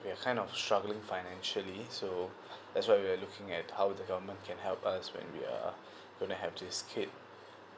we're kind of struggling financially so that's why we're looking at how the government can help us maybe uh gonna help this kid